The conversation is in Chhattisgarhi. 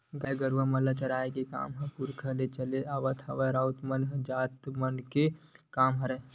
गाय गरु मन ल चराए के काम पुरखा ले चले आवत राउत जात मन के काम हरय